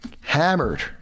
hammered